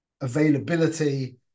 availability